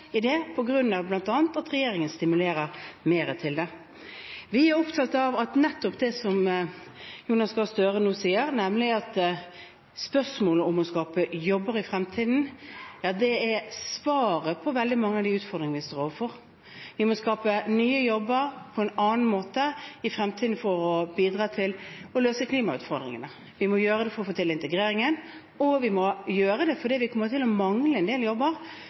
i det bl.a. på grunn av at regjeringen stimulerer mer til det. Vi er opptatt av nettopp det Jonas Gahr Støre nå sa, nemlig at å skape jobber i fremtiden er svaret på veldig mange av de utfordringene vi står overfor. Vi må skape nye jobber på en annen måte i fremtiden for å bidra til å løse klimautfordringene. Vi må gjøre det for å få til integreringen, og vi må gjøre det fordi vi kommer til å mangle en del jobber